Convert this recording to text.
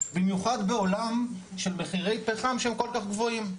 במיוחד בעולם של מחירי פחם שהם כל כך גבוהים.